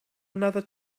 another